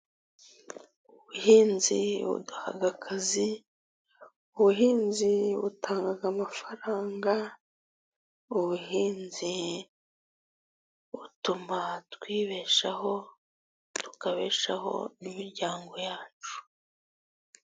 Ubuhinzi buduha akazi. Ubuhinzi butanga amafaranga. Ubuhinzi butuma twibeshaho tukabeshaho n'imiryango yacu.